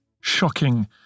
shocking